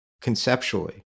conceptually